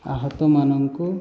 ଆହତମାନଙ୍କୁ